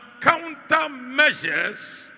countermeasures